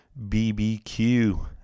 BBQ